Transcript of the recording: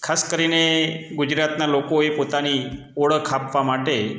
ખાસ કરીને ગુજરાતના લોકોએ પોતાની ઓળખ આપવા માટે